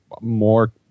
more